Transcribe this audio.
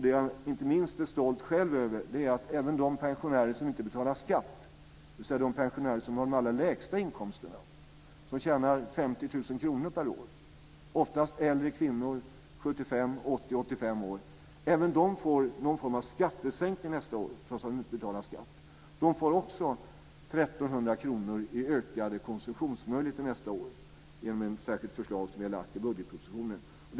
Det som inte minst jag själv är stolt över är att även pensionärer som inte betalar skatt - dvs. de pensionärer som har de allra lägsta inkomsterna, som tjänar 50 000 kr per år, oftast äldre kvinnor 75-85 år - får någon form av skattesänkning nästa år, trots att de inte betalar skatt. De får också 1 300 kr till ökad konsumtion nästa år genom ett särskilt förslag som vi har lagt fram i budgetpropositionen.